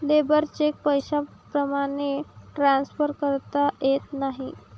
labour cheque पैशाप्रमाणे transfer करता येत नाही